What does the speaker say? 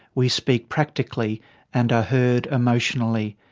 we speak practically and are heard emotionally.